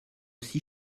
six